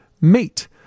mate